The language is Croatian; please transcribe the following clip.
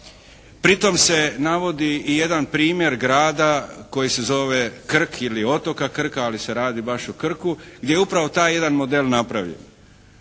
Pritom se navodi i jedan primjer grada koji zove Krk ili otoka Krka ali se radi baš o Krku gdje upravo taj jedan model napravljen.